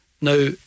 Now